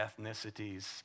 ethnicities